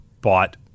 bought